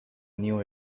knew